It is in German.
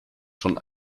schon